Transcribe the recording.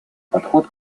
подход